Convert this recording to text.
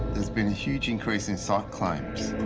there's been a huge increase in psych claims.